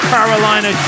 Carolina